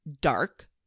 dark